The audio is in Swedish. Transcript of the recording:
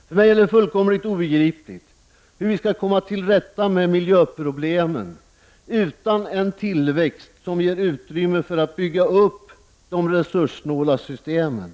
För mig är det fullkomligt obegripligt hur vi skall komma till rätta med miljöproblemen utan en tillväxt som ger utrymme för att bygga upp de resurssnåla systemen.